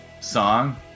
song